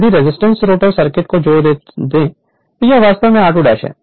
यदि resistance rotor circuit को जोड़ दें तो यह वास्तव में r2 है